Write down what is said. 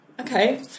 okay